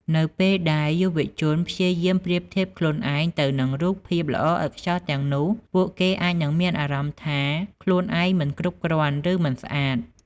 នៅពេលដែលយុវជនព្យាយាមប្រៀបធៀបខ្លួនឯងទៅនឹងរូបភាពល្អឥតខ្ចោះទាំងនោះ ពួកគេអាចនឹងមានអារម្មណ៍ថា ខ្លួនឯងមិនគ្រប់គ្រាន់ ឬ មិនស្អាត។